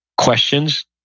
questions